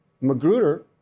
Magruder